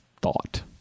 thought